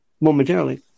momentarily